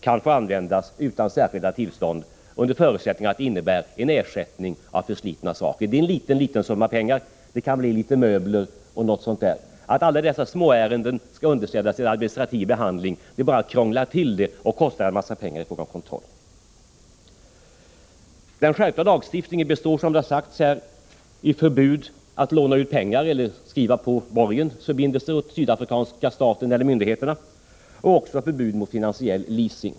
kan få användas utan särskilda tillstånd, under förutsättning att det gäller en ersättning av vad som blivit förslitet. Det är en liten summa pengar. Det kan bli fråga om litet möbler eller liknande. Att underställa alla dessa småärenden en administrativ behandling skulle vara att krångla till det hela, och det skulle kosta en massa pengar för kontroll. Den skärpta lagstiftningen innebär, som tidigare sagts, förbud mot att låna ut pengar eller att skriva på borgensförbindelser åt den sydafrikanska staten eller de sydafrikanska myndigheterna samt förbud mot finansiell leasing.